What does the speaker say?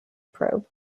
probe